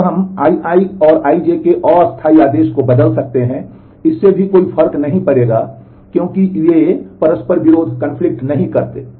तब हम Ii और Ij के अस्थायी आदेश को बदल सकते हैं इससे भी कोई फर्क नहीं पड़ेगा क्योंकि वे विरोधाभासी नहीं करते हैं